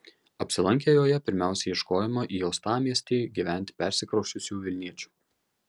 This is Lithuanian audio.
apsilankę joje pirmiausia ieškojome į uostamiestį gyventi persikrausčiusių vilniečių